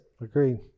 Agreed